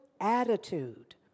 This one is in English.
attitude